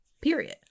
period